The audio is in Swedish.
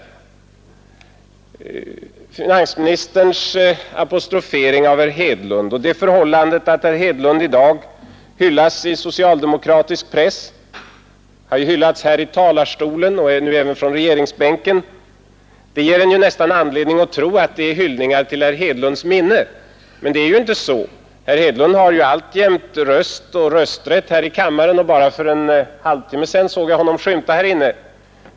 Herr finansministerns apostrofering av herr Hedlund och det förhållandet att herr Hedlund hyllas i socialdemokratisk press och har hyllats här i talarstolen och även från regeringsbänken ger en nästan anledning tro att det är hyllningar till herr Hedlunds minne. Men det kan ju inte vara så. Herr Hedlund har alltjämt röst och rösträtt här i kammaren, och bara för någon halvtimme sedan såg jag honom skymta här inne.